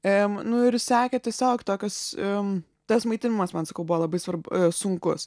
em nu ir sekė tiesiog tokios im tas maitinimas man sakau buvo labai svarbu sunkus